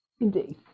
Indeed